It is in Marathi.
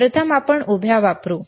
प्रथम आपण उभ्या वापरूया